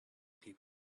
people